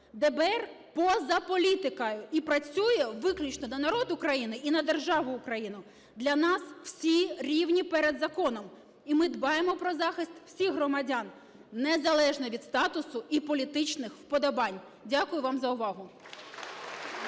ДБР поза політикою і працює виключно на народ України і на державу Україна. Для нас всі рівні перед законом. І ми дбаємо про захист всіх громадян незалежно від статусу і політичних вподобань. Дякую вам за увагу.